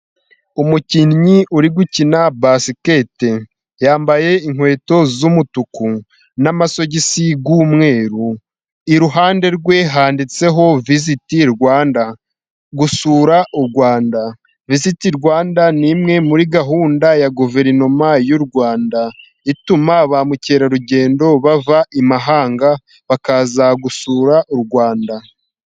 Umukinnyi uri gukina basikete yambaye inkweto z'umutuku n'amasogisi y'umweru iruhande rwe handitseho visiti Rwanda gusura u Rwanda. Visiti Rwanda ni imwe muri gahunda ya Guverinoma y'u Rwanda ituma bamukerarugendo bava i Mahanga bakaza gusura u Rwanda.